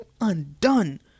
undone